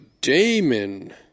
Damon